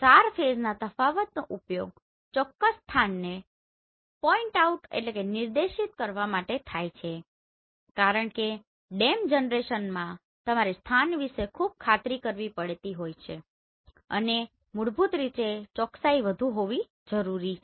SAR ફેઝના તફાવતનો ઉપયોગ ચોક્કસ સ્થાનને પોઈન્ટ આઉટPoint outનિર્દેશિત કરવા માટે થાય છે કારણ કે DEM જનરેશનમાં તમારે સ્થાન વિશે ખૂબ ખાતરી કરવી પડતી છે અને મૂળભૂત રીતે ચોકસાઈ વધુ હોવી જરૂરી છે